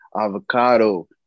avocado